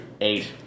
Eight